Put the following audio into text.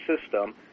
system